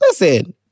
Listen